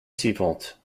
suivante